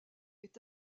est